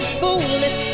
foolish